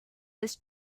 this